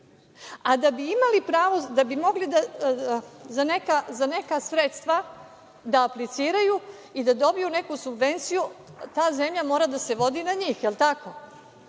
A da bi imali pravo, da bi mogli za neka sredstva da apliciraju i da dobiju neku subvenciju, ta zemlja mora da se vodi na njih, jel tako?